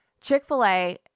Chick-fil-A